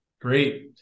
Great